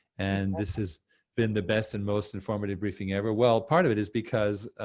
and this has been the best and most informative briefing ever. well part of it is because,